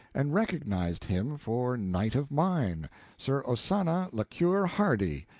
and recognized him for knight of mine sir ozana le cure hardy.